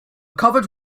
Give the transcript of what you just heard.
covered